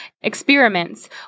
experiments